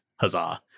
huzzah